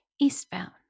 eastbound